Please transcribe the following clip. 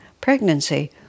pregnancy